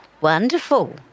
wonderful